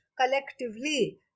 collectively